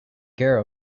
care